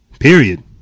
period